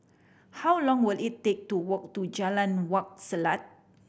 how long will it take to walk to Jalan Wak Selat